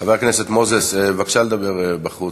חבר הכנסת מוזס, בבקשה לדבר עם קסניה בחוץ.